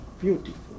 beautiful